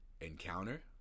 encounter